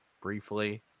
Briefly